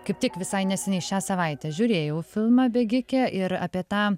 kaip tik visai neseniai šią savaitę žiūrėjau filmą bėgikė ir apie tą